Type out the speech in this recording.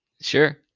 Sure